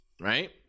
right